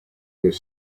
this